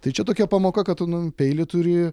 tai čia tokia pamoka kad tu nu peilį turi